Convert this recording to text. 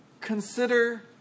Consider